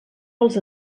pels